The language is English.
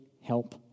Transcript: help